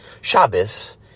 Shabbos